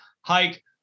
hike